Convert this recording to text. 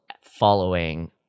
following